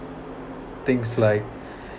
things like